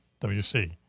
WC